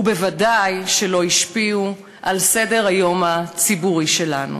וודאי שלא השפיעו על סדר-היום הציבורי שלנו.